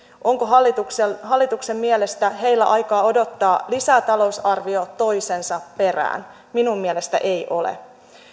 onko hallituksen mielestä heillä aikaa odottaa lisätalousarvio toisensa perään minun mielestäni ei ole